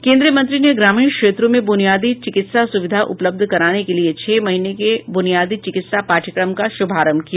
केंद्रीय मंत्री ने ग्रामीण क्षेत्रों में बुनियादी चिकित्सा सुविधा उपलब्ध कराने के लिए छह महीने के बुनियादी चिकित्सा पाठक्रम का शुभारंभ किया